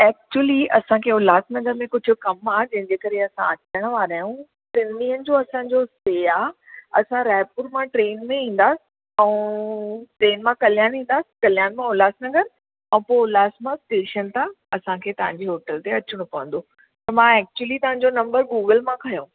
actually असांखे Ulhasnagar में कुझु कमु आहे जंहिंजे करे असां अचण वारा आहियूं टिनि ॾींहंनि जो असांजो स्टे आहे असां रायपुर मां ट्रेन में ईंदा आऊं ट्रेन मां कल्याण ईंदा कल्याण खां उल्हास नगर आऊं पोइ उल्हास मां स्टेशन तां असांखे तव्हांजी होटल में अचणो पवंदो त मां ऐक्चुली तव्हांजो नम्बर गूगल मां खंयो